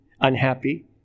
unhappy